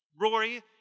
Rory